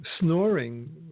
snoring